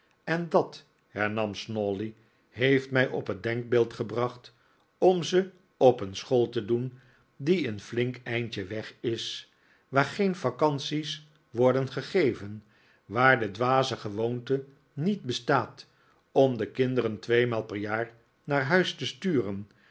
en dat hernam snawley heeft mij op het denkbeeld gebracht om ze op een school te doen die een flink eindje weg is waar geen vacanties worden gegeven waar de dwaze gewoonte niet bestaat om de kinderen tweemaal per jaar naar huis te sturen